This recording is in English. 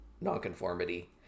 nonconformity